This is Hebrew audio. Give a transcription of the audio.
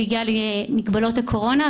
בגלל מגבלות הקורונה,